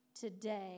today